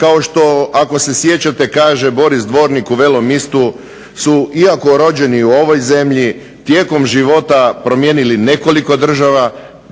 kao što ako se sjećate kaže Boris Dvornik u "Velom mistu" su iako rođeni u ovoj zemlji tijekom života promijenili nekoliko država